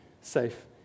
safe